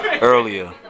Earlier